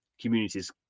communities